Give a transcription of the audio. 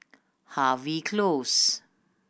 Harvey Close